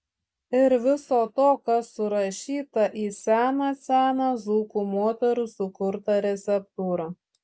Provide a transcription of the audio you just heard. ir viso to kas surašyta į seną seną dzūkų moterų sukurtą receptūrą